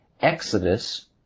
Exodus